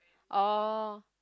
oh